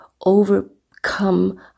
overcome